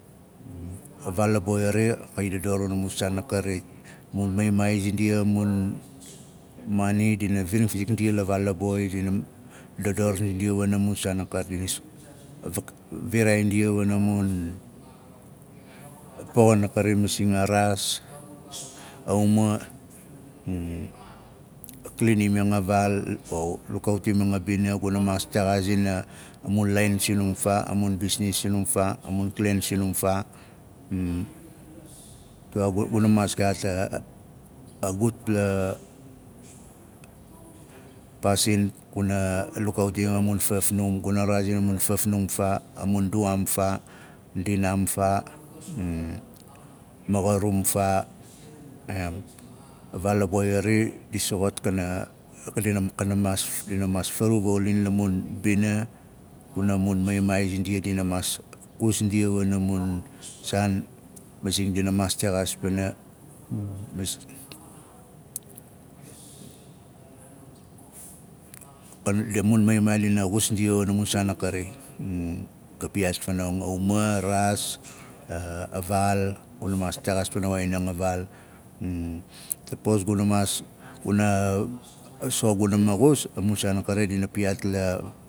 A vaal a boi xari xa i dador wana mun saan a kari. A mun maimaai zindia a mun maani dina viring fa wizik ndia la vaala boi ndinam dador zindia wana mun saan a kari dinam viraai ndia wana mmun poxing a kari masing lukaautiming a bina guna maas texaazing a mun laain sinum faa amunklen sinum faa tuwaa gu- guna maas gaat a gutpla paasin kuna lugaauting a mun fafnum guna rexaazin a mun fafnum aa a mun aduwaam faa ndinaam faa moxorum faa em a vaal a vboi ari di soxot kanam dina maas frau vaauling la mun mbina juna mun maimaai zindia dina maas kus ndia wana mun saan masing dina maas texaas pana a mun maimaai dina xus ndia wana mun saan a kari ga piyaat fanong a uma a raas a vaal guna maas texaas pana woxanang a vaal tapos guna maas soxot guna maxus a mu saan a kari dina piyaat